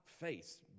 face